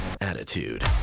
Attitude